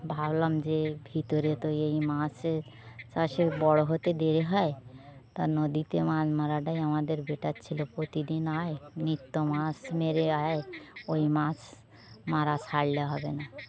ভাবলাম যে ভিতরে তো এই মাছের চাষে বড় হতে দেরি হয় তা নদীতে মাছ মারাটাই আমাদের বেটার ছিল প্রতিদিন আয় নিত্য মাছ মেরে আয় ওই মাছ মারা ছাড়লে হবে না